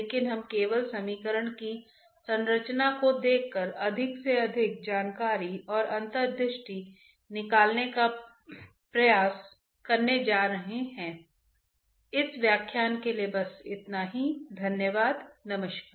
तो वह y component momentum balance है